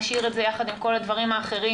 נשאיר את זה יחד עם כל הדברים האחרים